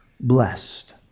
blessed